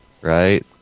right